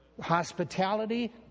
Hospitality